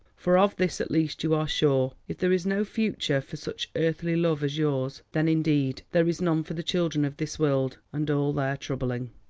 for of this at least you are sure. if there is no future for such earthly love as yours, then indeed there is none for the children of this world and all their troubling.